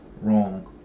wrong